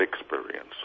experience